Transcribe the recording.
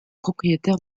propriétaire